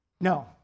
No